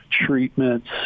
treatments